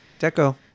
Deco